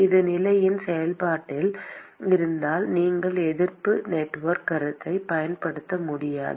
இது நிலையின் செயல்பாடாக இருந்தால் நீங்கள் எதிர்ப்பு நெட்வொர்க் கருத்தைப் பயன்படுத்த முடியாது